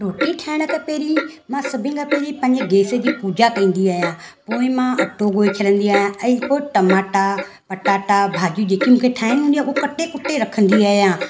रोटी ठाहिण खां पहिरीं मां सभिनि खां पहिरीं पंहिंजे गैस जी पूजा कंदी आहियां पोइ मां अटो ॻोहे छॾंदी आहियां ऐं पोइ टमाटा पटाटा भाॼियूं जेकि मूंखे ठाहिणी हूंदी उहे कटे पिटे रखंदी आहियां